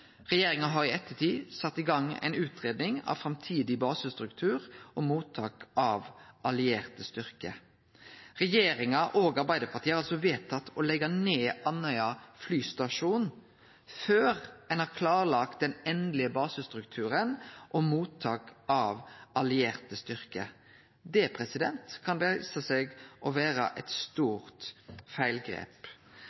Regjeringa har i ettertid sett i gang ei utgreiing av framtidig basestruktur og mottak av allierte styrkar. Regjeringa og Arbeidarpartiet har altså vedtatt å leggje ned Andøya flystasjon før ein har klarlagt den endelege basestrukturen og mottak av allierte styrkar. Det kan vise seg å vere eit